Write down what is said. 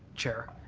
chair.